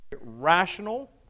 rational